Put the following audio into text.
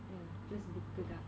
ya just book தான்:thaan